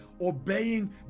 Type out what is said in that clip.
obeying